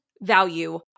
value